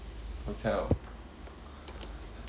hotel